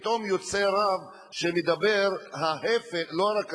פתאום יוצא רב שמדבר ההיפך, לא רק ההיפך,